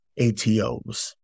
ATOs